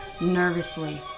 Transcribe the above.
Nervously